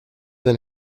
than